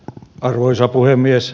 arvoisa puhemies